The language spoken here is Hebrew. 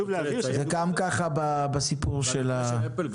תלוי בעמלה.